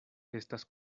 estas